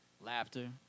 laughter